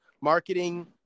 marketing